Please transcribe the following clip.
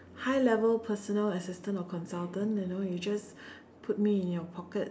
high level personal assistant or consultant you know you just put me in your pocket